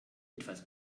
etwas